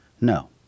No